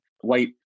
White